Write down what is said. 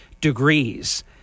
degrees